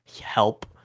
help